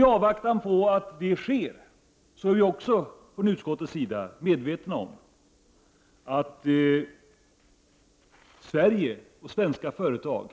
I avvaktan på att det sker är vi från utskottets sida medvetna om att svenska företag